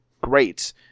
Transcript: great